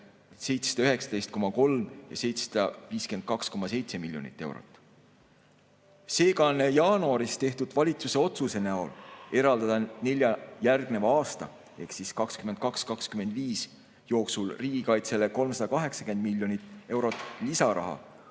719,3 ja 752,7 miljonit eurot. Seega on jaanuaris tehtud valitsuse otsus eraldada nelja järgneva aasta jooksul ehk 2022–2025 riigikaitsele 380 miljonit eurot lisaraha